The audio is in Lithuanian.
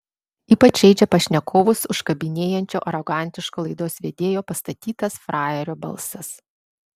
ypač žeidžia pašnekovus užkabinėjančio arogantiško laidos vedėjo pastatytas frajerio balsas